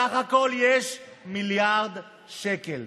בסך הכול יש מיליארד שקל.